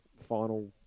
final